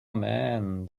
man